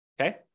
Okay